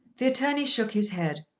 the attorney shook his head.